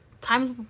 times